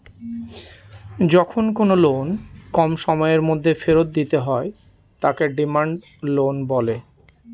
যখন কোনো লোন কম সময়ের মধ্যে ফেরত দিতে হয় তাকে ডিমান্ড লোন বলে